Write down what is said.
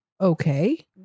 okay